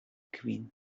kvin